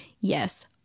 Yes